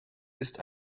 ist